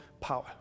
power